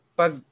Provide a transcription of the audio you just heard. pag